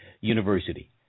University